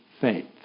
faith